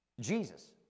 Jesus